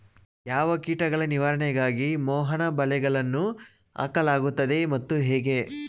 ಯಾವ ಕೀಟಗಳ ನಿವಾರಣೆಗಾಗಿ ಮೋಹನ ಬಲೆಗಳನ್ನು ಹಾಕಲಾಗುತ್ತದೆ ಮತ್ತು ಹೇಗೆ?